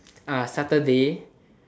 saturday